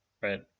Right